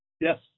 Yes